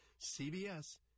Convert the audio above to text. CBS